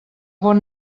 bon